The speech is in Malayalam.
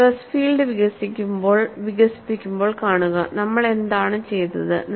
സ്ട്രെസ് ഫീൽഡ് വികസിപ്പിക്കുമ്പോൾ കാണുക നമ്മൾ എന്താണ് ചെയ്തത്